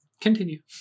Continue